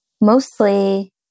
mostly